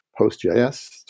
PostGIS